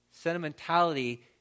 Sentimentality